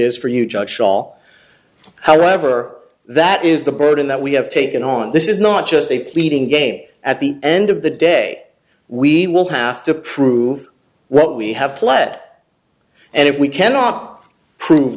is for you judge shaw however that is the burden that we have taken on this is not just a pleading game at the end of the day we will have to prove what we have pled and if we cannot prove